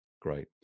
Great